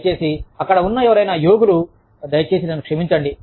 దయచేసి అక్కడ ఉన్న ఎవరైనా యోగులు దయచేసి నన్ను క్షమించండి